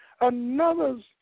another's